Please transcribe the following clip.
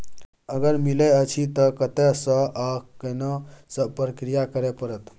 अगर मिलय अछि त कत्ते स आ केना सब प्रक्रिया करय परत?